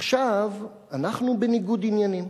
עכשיו אנחנו בניגוד עניינים.